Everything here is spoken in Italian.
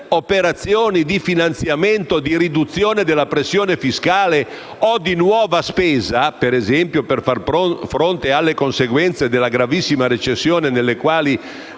operazioni di finanziamento di riduzione della pressione fiscale o di nuova spesa - per esempio per fare fronte alle conseguenze della grave recessione nella quale